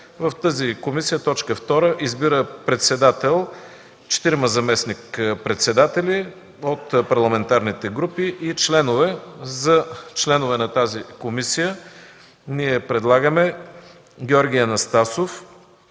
В тази комисия – т. 2, избира председател, четирима заместник-председатели от парламентарните групи и членове. За членове на тази комисия предлагаме Георги Анастасов,